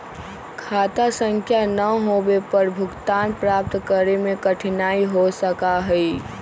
खाता संख्या ना होवे पर भुगतान प्राप्त करे में कठिनाई हो सका हई